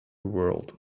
world